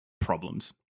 problems